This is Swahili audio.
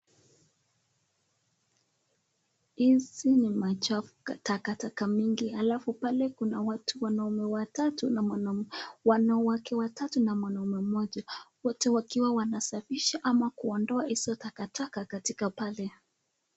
Hizi ni uchafu,m matakataka mingi , alafu pale kuna wanawake watatu na mwanaume mmoja wote wakiwa wanasafisha ama kuondoa hizo takataka katika pale.